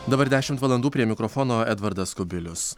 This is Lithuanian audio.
dabar dešimt valandų prie mikrofono edvardas kubilius